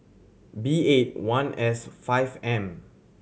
B eight one S five M